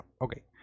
okay